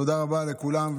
תודה רבה לכולם.